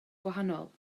gwahanol